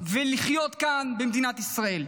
ולחיות כאן, במדינת ישראל.